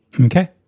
Okay